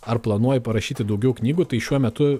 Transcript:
ar planuoji parašyti daugiau knygų tai šiuo metu